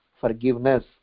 forgiveness